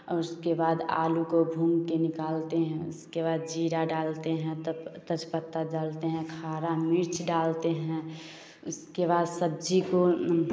और उसके बाद आलू को भुनकर निकालते हैं उसके बाद ज़ीरा डालते हैं तब तेजपत्ता डालते हैं खड़ा मिर्च डालते हैं उसके बाद सब्ज़ी को